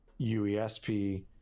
UESP